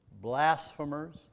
blasphemers